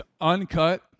uncut